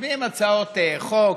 מביאים הצעות חוק,